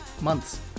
months